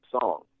song